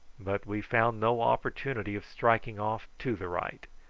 but we found no opportunity of striking off to the right.